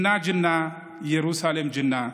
(אומר באמהרית ומתרגם:)